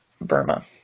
Burma